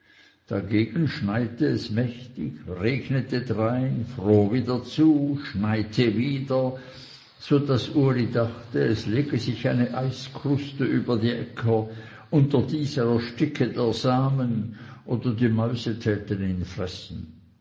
dagegen schneite es mächtig regnete drein fror wieder zu schneite wieder so daß uli dachte es lege sich eine eiskruste über die äcker unter dieser ersticke der samen oder die mäuse täten ihn fressen